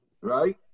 Right